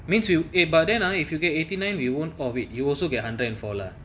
means you eh but then I forget eighty nine we won't of it you also get hundred and four lah